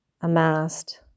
amassed